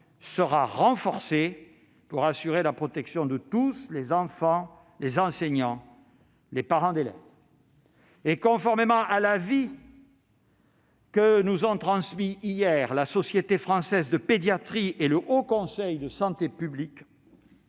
sera renforcé pour assurer la protection de tous : enfants, enseignants, parents d'élèves. Conformément aux avis que nous ont transmis hier la société française de pédiatrie et le Haut Conseil de la santé publique,